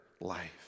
life